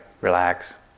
relax